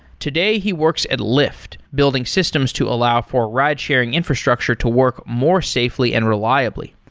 today, he worked at lyft building systems to allow for ridesharing infrastructure to work more safely and reliably.